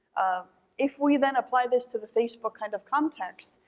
if we then apply this to the facebook kind of context,